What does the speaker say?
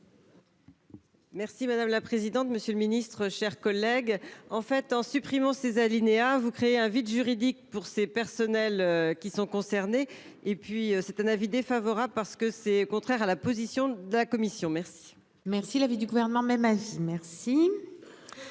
Merci madame la présidente. Monsieur le Ministre, chers collègues, en fait, en supprimant ces alinéas vous créez un vide juridique pour ces personnels qui sont concernés. Et puis c'est un avis défavorable, parce que c'est contraire à la position de la Commission. Merci. Merci l'avis du gouvernement, même âge, merci.